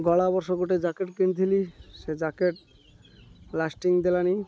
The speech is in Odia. ଗଲା ବର୍ଷ ଗୋଟେ ଜ୍ୟାକେଟ୍ କିଣିଥିଲି ସେ ଜ୍ୟାକେଟ୍ ଲାଷ୍ଟିଂ ଦେଲାନି